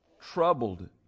Troubled